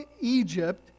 Egypt